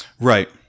right